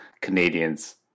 Canadians